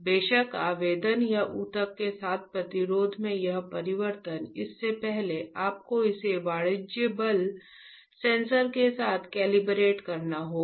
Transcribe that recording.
बेशक आवेदन या ऊतक के साथ प्रतिरोध में यह परिवर्तन इससे पहले आपको इसे वाणिज्यिक बल सेंसर के साथ कैलिब्रेट करना होगा